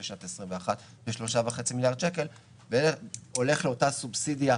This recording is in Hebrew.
לשנת 21' בשלושה מיליארד שקל הולך לאותה סובסידיה,